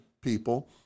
people